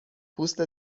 پوست